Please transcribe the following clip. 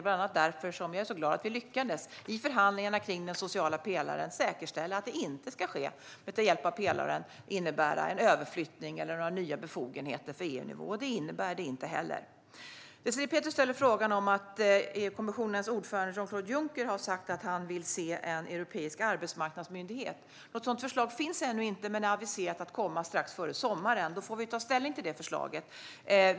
Bland annat därför är jag glad att vi i förhandlingarna kring den sociala pelaren lyckades säkerställa att den inte ska innebära en överflyttning eller några nya befogenheter på EU-nivå. Désirée Pethrus ställer frågan om att EU-kommissionens ordförande Jean-Claude Juncker har sagt att han vill se en europeisk arbetsmarknadsmyndighet. Något sådant förslag finns ännu inte men är aviserat att komma strax före sommaren. Då får vi ta ställning till det förslaget.